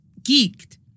geeked